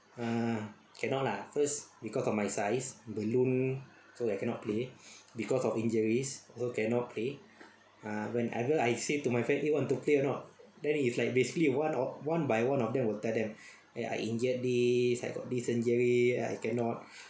uh cannot lah first because of my size balloon so I cannot play because of injuries so cannot play ah whenever I say to my friend eh want to play or not then it's like basically one of one by one of them will tell them eh I injured this I got this injury ah cannot